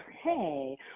hey